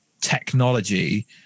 technology